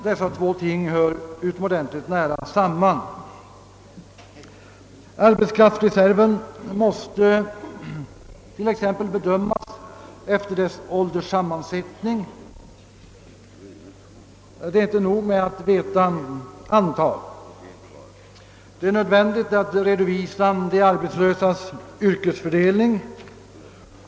Dessa två ting hör utomordentligt nära samman. Arbetskraftsreserven måste t.ex. bedömas efter sin ålderssammansättning, och det är även nödvändigt att redovisa yrkesfördelningen bland de arbetslösa.